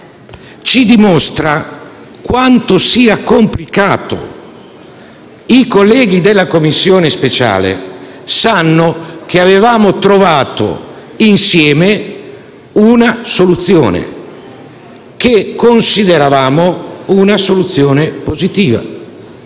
ci dimostra quanto ciò sia complicato. I colleghi della Commissione speciale sanno che avevamo trovato insieme una soluzione, che consideravamo positiva.